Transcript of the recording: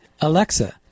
Alexa